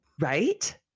Right